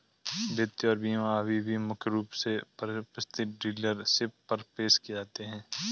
वित्त और बीमा अभी भी मुख्य रूप से परिसंपत्ति डीलरशिप पर पेश किए जाते हैं